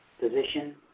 position